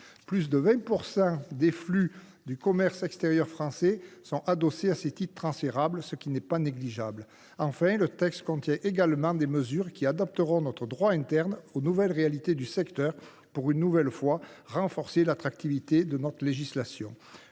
Plus de 20 % des flux du commerce extérieur français sont adossés à ces titres transférables, ce qui n’est pas négligeable. Enfin, le texte contient des mesures qui adapteront notre droit interne aux nouvelles réalités du secteur, afin, là encore, de renforcer l’attractivité de notre législation.